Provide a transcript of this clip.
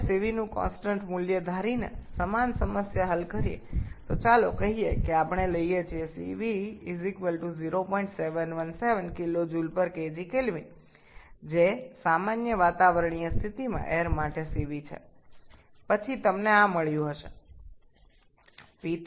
আমরা যদি Cv এর একটি ধ্রুবক মান ধরে একই সমস্যাটি সমাধান করি তবে আমরা ধরে নি Cv 0717 kJkgK যা সাধারণ বায়ুমণ্ডলীয় অবস্থার অধীনে বাতাসের জন্য Cv